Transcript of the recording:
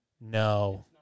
no